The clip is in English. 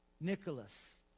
Nicholas